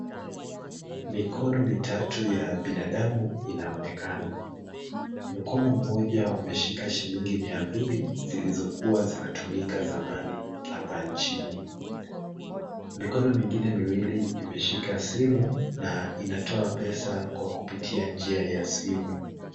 Mikono mitatu ya binadamu inaonekana. Mkono mmoja umeshika shilingi mia mbili zilizokuwa zinatumika zamani hapa nchini. Mikono mingine miwili imeshika simu na inatoa pesa kwa kupitia njia ya simu.